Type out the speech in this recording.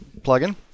plugin